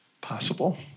possible